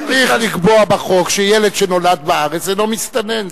צריך לקבוע בחוק שילד שנולד בארץ אינו מסתנן.